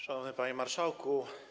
Szanowny Panie Marszałku!